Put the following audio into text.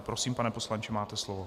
Prosím, pane poslanče, máte slovo.